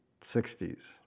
60s